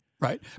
Right